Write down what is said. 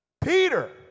Peter